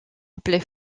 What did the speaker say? appelée